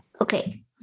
Okay